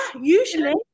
usually